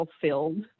fulfilled